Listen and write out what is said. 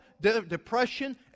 depression